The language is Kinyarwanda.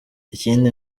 ikindi